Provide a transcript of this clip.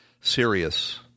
serious